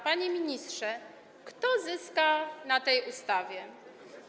Panie ministrze, kto zyska na tej ustawie?